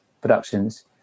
Productions